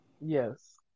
Yes